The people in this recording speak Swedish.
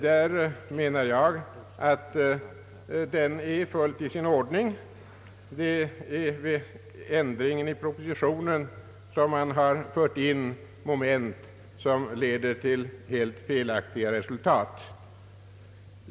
Jag menar att denna lydelse är fullt i sin ordning. I propositionen har man fört in moment som leder till helt felaktiga resultat.